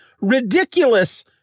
ridiculous